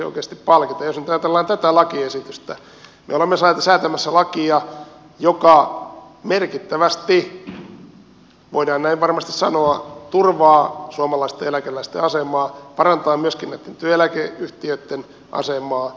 jos nyt ajatellaan tätä lakiesitystä niin me olemme säätämässä lakia joka merkittävästi voidaan näin varmasti sanoa turvaa suomalaisten eläkeläisten asemaa parantaa myöskin näitten työeläkeyhtiöitten asemaa